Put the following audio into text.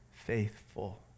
Faithful